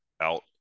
out